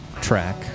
track